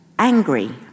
angry